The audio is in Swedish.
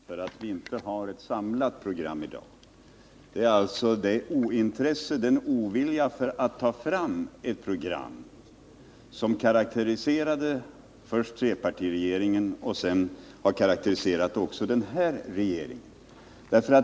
Herr talman! Anledningen till att vi i dag inte har ett samlat program är trots allt den ovilja och det ointresse för att ta fram ett program som karakteriserat först trepartiregeringen och sedan den nuvarande regeringen.